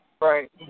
Right